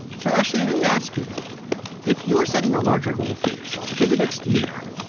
so actually, i may ask you if you are setting a larger goal for yourself for the next year,